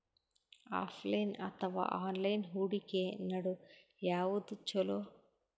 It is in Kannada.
ಆಫಲೈನ ಅಥವಾ ಆನ್ಲೈನ್ ಹೂಡಿಕೆ ನಡು ಯವಾದ ಛೊಲೊ?